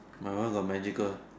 my one got magical